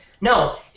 No